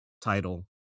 title